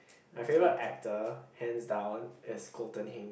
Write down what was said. my favourite actor hands down is Colton Haynes